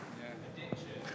Addiction